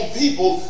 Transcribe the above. people